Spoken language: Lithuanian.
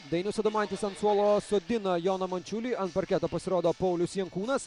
dainius adomaitis ant suolo sodina joną mačiulį ant parketo pasirodo paulius jankūnas